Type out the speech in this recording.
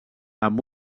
amb